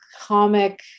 comic